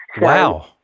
Wow